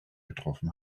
getroffen